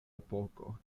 epoko